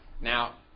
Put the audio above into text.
Now